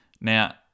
Now